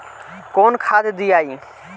कौन खाद दियई?